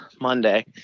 Monday